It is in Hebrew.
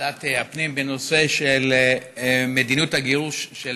בוועדת הפנים בנושא של מדיניות הגירוש של